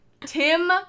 Tim